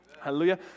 Hallelujah